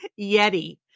Yeti